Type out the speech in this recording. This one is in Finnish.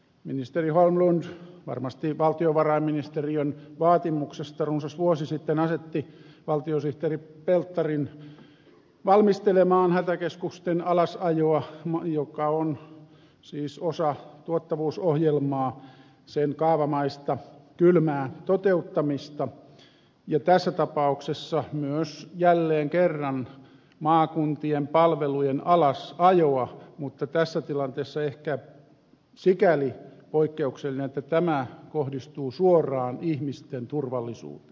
ministeri holmlund varmasti valtiovarainministeriön vaatimuksesta runsas vuosi sitten asetti valtiosihteeri pelttarin valmistelemaan hätäkeskusten alasajoa joka on siis osa tuottavuusohjelmaa sen kaavamaista kylmää toteuttamista ja tässä tapauksessa myös jälleen kerran maakuntien palvelujen alasajoa mutta tässä tilanteessa ehkä sikäli poikkeuksellista että tämä kohdistuu suoraan ihmisten turvallisuuteen